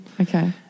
Okay